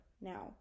now